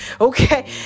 Okay